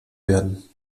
werden